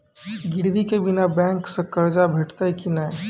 गिरवी के बिना बैंक सऽ कर्ज भेटतै की नै?